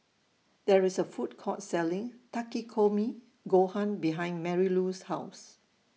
There IS A Food Court Selling Takikomi Gohan behind Marylou's House